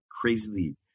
crazily